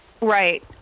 Right